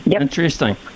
Interesting